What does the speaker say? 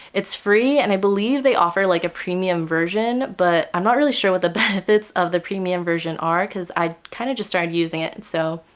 it's free and i believe they offer like a premium version but i'm not really sure what the benefits of the premium version are because i kind of just started using it so.